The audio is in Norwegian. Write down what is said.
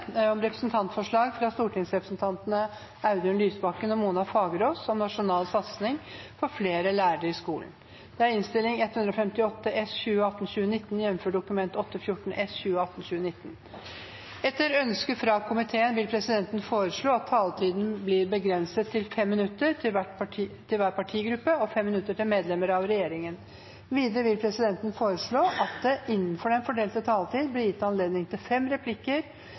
om tiltak i eksisterende bebyggelse og gebyrfinansiering av overvannstiltak. Dette vil bli fulgt opp av regjeringen i tiden som kommer. Flere har ikke bedt om ordet til sak nr. 5. Etter ønske fra kommunal- og forvaltningskomiteen vil presidenten foreslå at taletiden blir begrenset til 5 minutter til hver partigruppe og 5 minutter til medlemmer av regjeringen. Videre vil presidenten foreslå at det – innenfor den fordelte taletid – blir gitt anledning til fem replikker